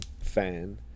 fan